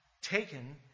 taken